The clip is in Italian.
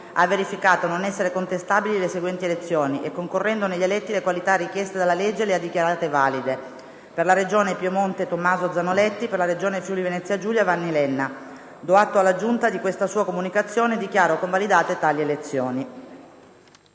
ha verificato non essere contestabili le seguenti elezioni e, concorrendo negli eletti le qualità richieste dalla legge, le ha dichiarate valide: per la Regione Piemonte: Tomaso Zanoletti; per la Regione Friuli-Venezia Giulia: Vanni Lenna. Do atto alla Giunta di questa sua comunicazione e dichiaro convalidate tali elezioni.